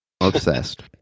obsessed